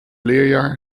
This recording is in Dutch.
leerjaar